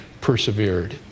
persevered